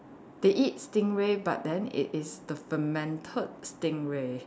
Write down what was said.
they eat stingray but then it is the fermented stingray